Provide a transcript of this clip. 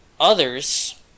Others